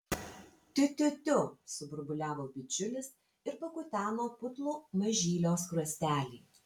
tiu tiu tiu suburbuliavo bičiulis ir pakuteno putlų mažylio skruostelį